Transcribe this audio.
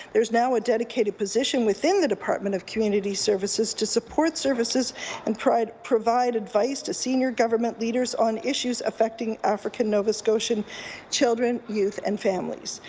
there is now a dedicated position within the department of community services to support services and provide provide advice to senior government leaders on issues affecting african nova scotian children, youth and families.